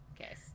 okay